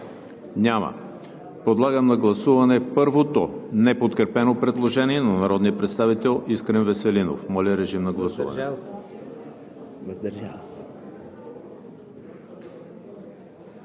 Няма. Подлагам на гласуване първото неподкрепено предложение на народния представител Искрен Веселинов. Гласували